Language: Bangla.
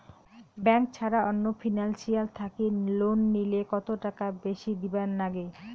ব্যাংক ছাড়া অন্য ফিনান্সিয়াল থাকি লোন নিলে কতটাকা বেশি দিবার নাগে?